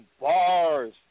bars